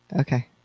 okay